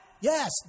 Yes